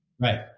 right